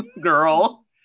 girl